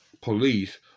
police